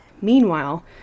Meanwhile